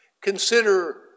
Consider